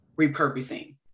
repurposing